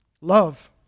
love